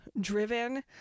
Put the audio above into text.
Driven